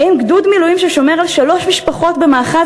האם גדוד מילואים ששומר על שלוש משפחות במאחז